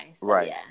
Right